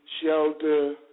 shelter